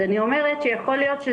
יכול להיות שאפשר,